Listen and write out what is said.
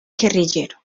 guerrillero